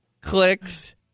clicks